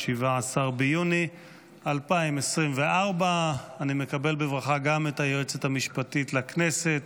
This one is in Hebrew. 17 ביוני 2024. אני מקבל בברכה גם את היועצת המשפטית לכנסת,